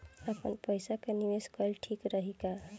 आपनपईसा के निवेस कईल ठीक रही का?